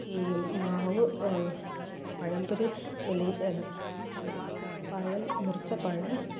ഈ മാവ് പഴംപൊരി മെലി അല്ല സോറി പഴം മുറിച്ച പഴം